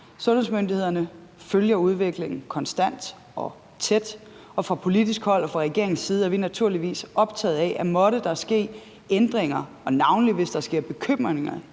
sundhedsmyndighederne følger udviklingen konstant og tæt. Og fra politisk hold og fra regeringens side er vi naturligvis optaget af det. Måtte der ske ændringer – navnlig hvis der sker bekymrende